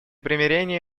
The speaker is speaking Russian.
примирения